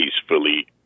peacefully